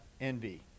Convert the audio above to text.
envy